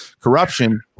Corruption